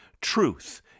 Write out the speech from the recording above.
truth